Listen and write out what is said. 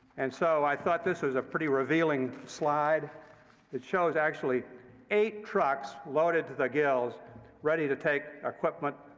and so i thought this was a pretty revealing slide. it shows actually eight trucks loaded to the gills ready to take equipment,